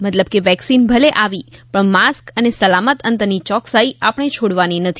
મતલબ કે વેક્સિન ભલે આવી પણ માસ્ક અને સલામત અંતરની ચોકસાઇ આપણે છોડવાની નથી